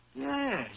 Yes